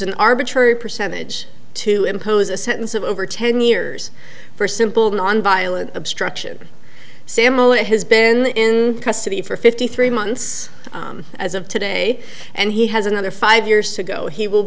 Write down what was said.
an arbitrary percentage to impose a sentence of over ten years for simple nonviolent obstruction sammul it has been custody for fifty three months as of today and he has another five years to go he will